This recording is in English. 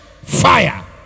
Fire